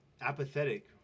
apathetic